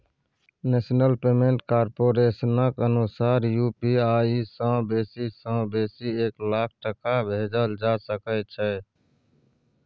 national payment कारपोरेशनक अनुसार UPI सँ बेसी सँ बेसी एक लाख टका भेजल जा सकै छै